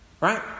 Right